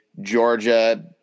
Georgia